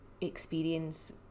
experience